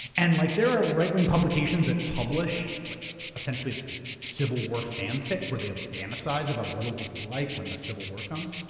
and like there are right wing publications that publish, like essentially civil war fan fic where they'll fantasize what it will be like when the civil war comes.